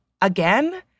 again